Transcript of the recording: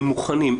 הם מוכנים,